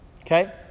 okay